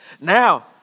Now